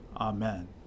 Amen